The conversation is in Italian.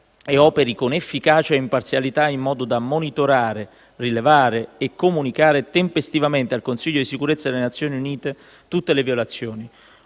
e operi con efficacia e imparzialità, in modo da monitorare, rilevare e comunicare tempestivamente al Consiglio di sicurezza delle Nazioni Unite tutte le violazioni.